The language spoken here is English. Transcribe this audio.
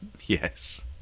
Yes